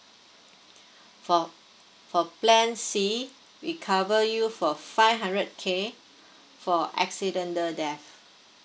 for for plan C we cover you for five hundred K for accidental death